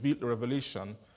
revelation